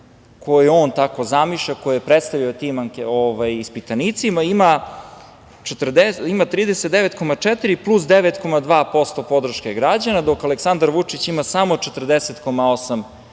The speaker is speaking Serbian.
koju on tak zamišlja, koju je predstavio ispitanicima, ima 39,4 plus 9,2% podrške građana, dok Aleksandar Vučić ima samo 40,8%